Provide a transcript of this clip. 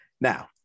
Now